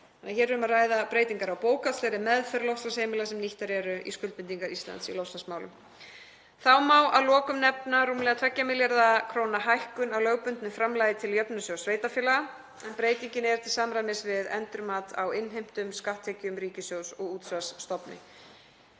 Um er að ræða breytingar á bókhaldslegri meðferð loftslagsheimilda sem nýttar eru í skuldbindingar Íslands í loftslagsmálum. Þá má að lokum nefna rúmlega 2 milljarða kr. hækkun á lögbundnu framlagi til Jöfnunarsjóðs sveitarfélaga en breytingin er til samræmis við endurmat á innheimtum skatttekjum ríkissjóðs og útsvarsstofni.